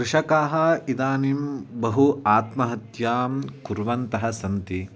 कृषकाः इदानीं बहु आत्महत्यां कुर्वन्तः सन्ति